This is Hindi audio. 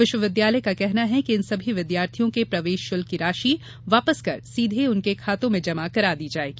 विश्वविद्यालय का कहना है कि इन सभी विद्यार्थियों के प्रवेश शुल्क की राशि वापस कर सीधे उनके खातों में जमा करा दी जायेगी